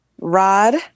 Rod